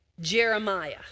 Jeremiah